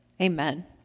Amen